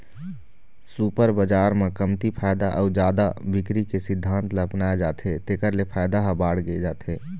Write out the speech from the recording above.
super बजार म कमती फायदा अउ जादा बिक्री के सिद्धांत ल अपनाए जाथे तेखर ले फायदा ह बाड़गे जाथे